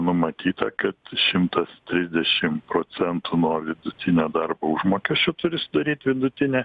numatyta kad šimtas trisdešim procentų nuo vidutinio darbo užmokesčio turi sudaryt vidutinė